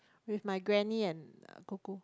with my granny and popo